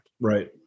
Right